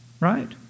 Right